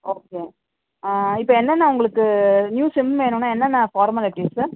okay இப்போ என்னென்ன உங்களுக்கு நியூ சிம் வேணுன்னால் என்னென்ன ஃபார்மாலிட்டீஸ்ஸு